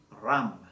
ram